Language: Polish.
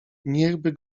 niechby